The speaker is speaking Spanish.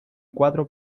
cuatro